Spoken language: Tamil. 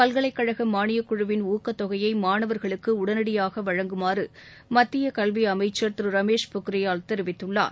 பல்கலைக்கழக மானியக் குழுவின் ஊக்கத் தொகையை மாணவர்களுக்கு உடனடியாக வழங்குமாறு மத்திய கல்வி அமைச்சர் திரு ரமேஷ் பொக்கிரியால் தெரிவித்துள்ளார்